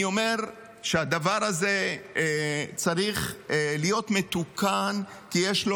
אני אומר שהדבר הזה צריך להיות מתוקן כי יש לו